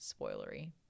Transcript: spoilery